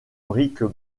briques